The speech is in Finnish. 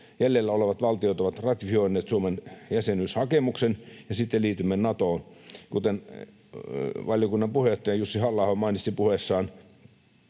jäljellä olevat valtiot ovat ratifioineet Suomen jäsenyyshakemuksen, ja sitten liitymme Natoon. Kuten valiokunnan puheenjohtaja Jussi Halla-aho mainitsi puheessaan